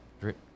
drip